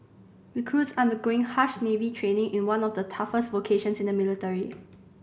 recruits undergoing harsh Navy training in one of the toughest vocations in the military